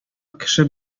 кеше